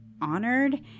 honored